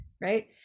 right